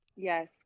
Yes